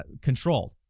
controlled